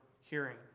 hearing